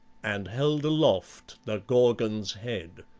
and held aloft the gorgon's head.